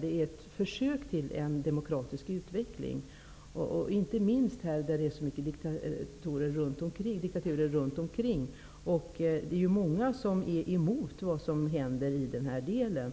de försök som finns till demokratisk utveckling, inte minst i ett läge där det är så många diktaturer runt omkring. Det är många som är emot vad som händer i den här delen.